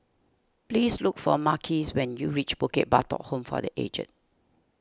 please look for Marquis when you reach Bukit Batok Home for the Aged